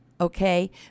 okay